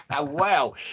Wow